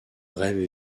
rêves